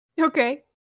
Okay